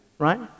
right